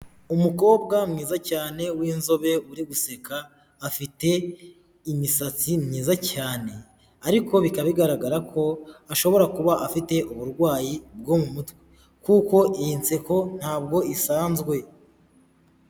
Umukobwa mwiza cyane w'inzobe uri guseka, afite imisatsi myiza cyane, ariko bikaba bigaragara ko ashobora kuba afite uburwayi bwo mu mutwe, kuko iyi nseko ntabwo isanzwe.